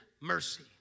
mercy